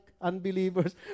unbelievers